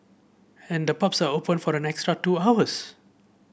and the pubs are open for an extra two hours